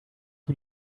two